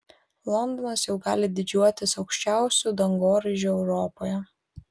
londonas jau gali didžiuotis aukščiausiu dangoraižiu europoje